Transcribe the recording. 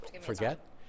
forget